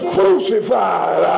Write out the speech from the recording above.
Crucified